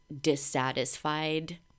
dissatisfied